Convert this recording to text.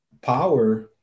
power